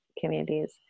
communities